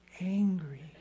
angry